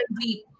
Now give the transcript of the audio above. deep